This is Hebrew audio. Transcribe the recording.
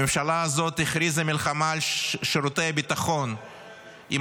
הממשלה הזאת הכריזה מלחמה על שירותי הביטחון עם